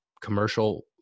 commercial